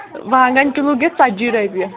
وانٛگن کِلوٗ گژھِ ژَتجی رۄپیہِ